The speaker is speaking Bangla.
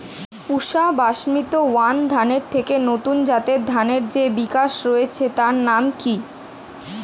পুসা বাসমতি ওয়ান ধানের থেকে নতুন জাতের ধানের যে বিকাশ হয়েছে তার নাম কি?